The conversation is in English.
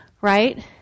right